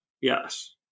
Yes